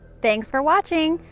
thanks for watching!